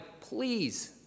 please